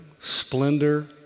splendor